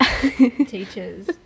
teachers